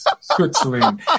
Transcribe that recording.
Switzerland